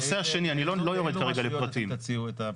לאילו רשויות אתם תציעו?